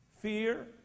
fear